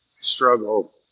struggle